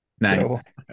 Nice